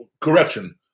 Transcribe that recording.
correction